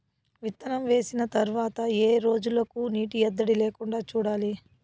విత్తనం వేసిన తర్వాత ఏ రోజులకు నీటి ఎద్దడి లేకుండా చూడాలి?